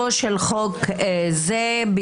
שמעתי גם שראש הממשלה שלח את הצוות הקרוב שלו לפוליגרף.